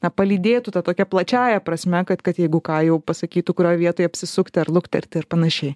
na palydėtų ta tokia plačiąja prasme kad kad jeigu ką jau pasakytų kurioj vietoj apsisukti ar lukterti ir panašiai